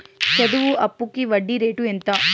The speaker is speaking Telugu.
చదువు అప్పుకి వడ్డీ రేటు ఎంత?